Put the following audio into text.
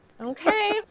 Okay